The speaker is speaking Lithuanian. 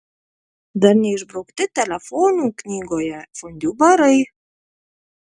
dar neišbraukti telefonų knygoje fondiu barai